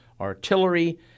artillery